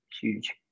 huge